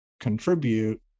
contribute